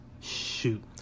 shoot